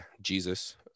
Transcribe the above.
jesus